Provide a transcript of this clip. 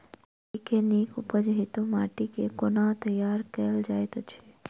कोबी केँ नीक उपज हेतु माटि केँ कोना तैयार कएल जाइत अछि?